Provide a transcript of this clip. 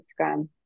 Instagram